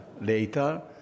later